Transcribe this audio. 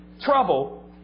trouble